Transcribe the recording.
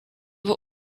were